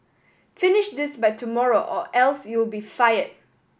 finish this by tomorrow or else you'll be fired